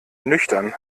nüchtern